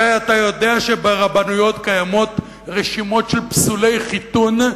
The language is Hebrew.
הרי אתה יודע שברבנויות קיימות רשימות של פסולי חיתון,